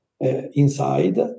inside